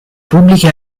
pubbliche